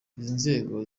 nzego